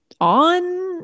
on